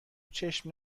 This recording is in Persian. چشم